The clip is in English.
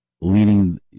leading